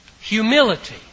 humility